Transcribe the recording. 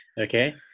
okay